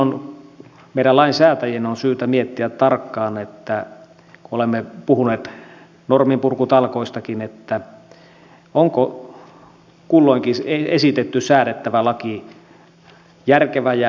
silloin meidän lainsäätäjien on syytä miettiä tarkkaan kun olemme puhuneet normienpurkutalkoistakin onko kulloinkin esitetty säädettävä laki järkevä ja tarkoituksenmukainen